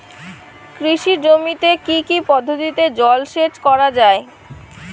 কৃষি জমিতে কি কি পদ্ধতিতে জলসেচ করা য়ায়?